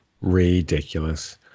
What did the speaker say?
Ridiculous